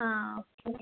ആ ഓക്കെ